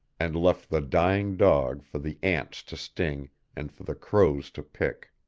and left the dying dog for the ants to sting and for the crows to pick.